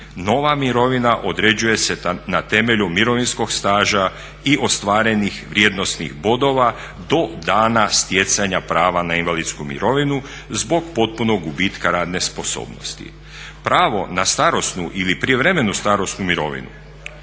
nova mirovina određuje se na temelju mirovinskog staža i ostvarenih vrijednosnih bodova do dana stjecanja prava na invalidsku mirovinu zbog potpunog gubitka radne sposobnosti. Pravo na starosnu ili prijevremenu starosnu mirovinu